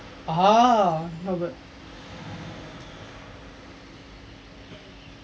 ah not bad